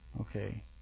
okay